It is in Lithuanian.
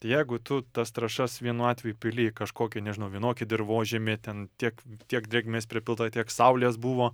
tai jeigu tu tas trąšas vienu atveju pili į kažkokį nežinau į vienokį dirvožemį ten tiek tiek drėgmės pripilta tiek saulės buvo